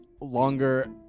longer